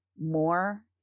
more